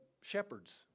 shepherds